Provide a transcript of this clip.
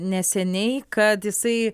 neseniai kad jisai